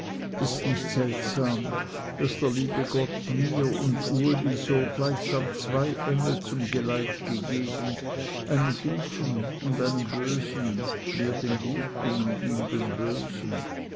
ists nicht seltsam daß der liebe gott mir und uli so gleichsam zwei engel zum geleit gegeben einen guten und einen bösen mir den guten und ihm den bösen